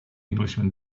englishman